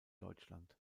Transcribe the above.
deutschland